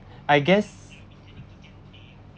I guess